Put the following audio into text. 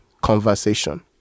conversation